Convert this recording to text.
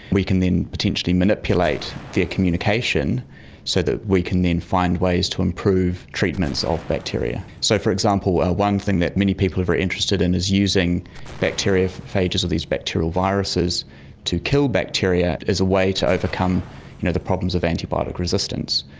we can then potentially manipulate their communication so that we can then find ways to improve treatments of bacteria. so, for example, ah one thing that many people are very interested in is using bacteriophages of these bacterial viruses to kill bacteria as a way to overcome you know the problems of antibiotic resistance.